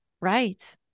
Right